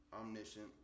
omniscient